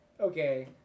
okay